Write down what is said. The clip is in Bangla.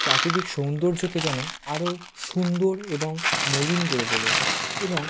প্রাকৃতিক সৌন্দর্যকে যেন আরো সুন্দর এবং মলিন করে তোলে এবং